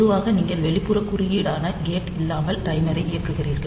பொதுவாக நீங்கள் வெளிப்புற குறுக்கீடான கேட் இல்லாமல் டைமரை இயக்குகிறீர்கள்